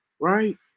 right